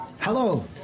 Hello